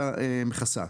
שהפוליסה מכסה.